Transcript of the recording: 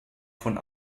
von